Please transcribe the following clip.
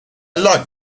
like